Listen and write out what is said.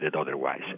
otherwise